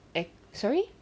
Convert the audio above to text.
eh sorry